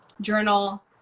journal